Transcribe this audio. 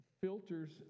filters